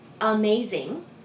amazing